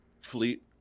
fleet